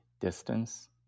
distance